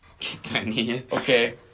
Okay